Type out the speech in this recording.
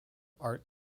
art